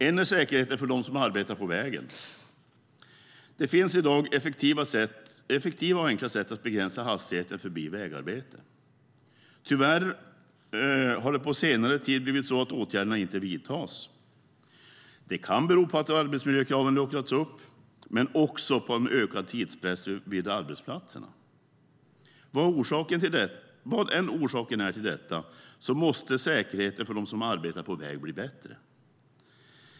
En är säkerheten för dem som arbetar på vägen. Det finns i dag effektiva och enkla sätt att begränsa hastigheten förbi ett vägarbete. Tyvärr har det på senare tid blivit så att åtgärderna inte vidtas. Det kan bero på att arbetsmiljökraven har luckrats upp men också på ökad tidspress vid arbetsplatserna. Vad orsaken till detta än är måste säkerheten för dem som arbetar på väg bli bättre.